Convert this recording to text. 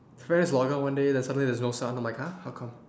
just log out one day then suddenly there's also no sound i'm like !huh! how come